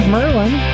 Merlin